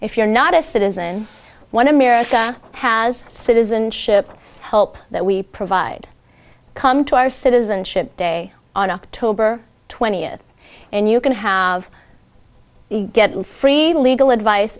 if you're not a citizen one america has citizenship help that we provide come to our citizenship day on october twentieth and you can have get free legal advice